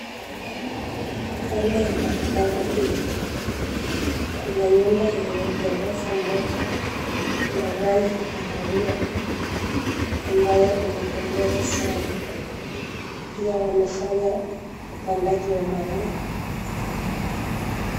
Kando ya barabara hii, kuna nyumba yenye ghorofa moja ya rangi ya kahawia, ambayo inapendeza sana. Pia wamefanya upandaji wa maua.